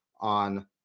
on